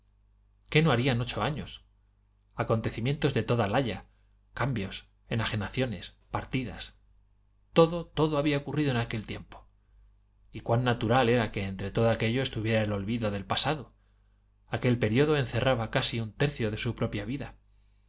qué no harían ocho años acontecimientos de toda laya cambios enajenaciones partidas todo todo había ocurrido en aquel tiempo y cuán natural era que entre todo aquello estuviera el olvido del pasado aquel período encerraba casi un tercio de su propia vida